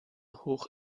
hoch